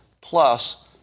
Plus